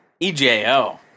EJO